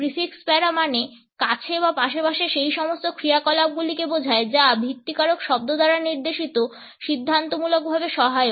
prefix para মানে কাছে বা পাশে পাশে সেই সমস্ত ক্রিয়াকলাপগুলিকে বোঝায় যা ভিত্তিকারক শব্দ দ্বারা নির্দেশিত সিদ্ধান্তমূলকভাবে সহায়ক